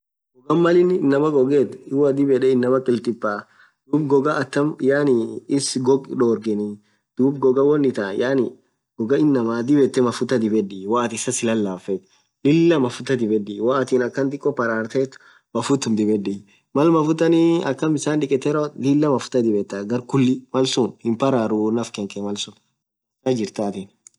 Ghogha Mal inin inamaa ghoghethu dhib yedhe inamaa khilkhilpaa dhub ghogha yaani atam iss ghoo dhoghortha ghogha wonn ithani ghogha inamaa dhib yed mafutha dhibedhi woathin isaa si lalaf fethu Lilah mafutha dhibedhi woathin dhiko akan pararethethu mafuthum dhibedhi Mal mafutani akan bisan dhikette rawothu Lilah mafutha dhibetha garr khulii malsun hinn pararru nafkakhe malsun akha dhansaa jirthaaa